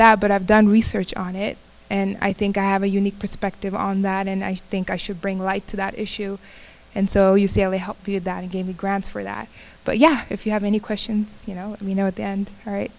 that but i've done research on it and i think i have a unique perspective on that and i think i should bring light to that issue and so you say only help you that gave me grounds for that but yeah if you have any questions you know you know at the end